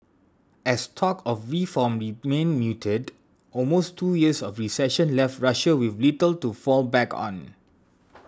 as talk of reform remained muted almost two years of recession left Russia with little to fall back on